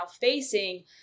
facing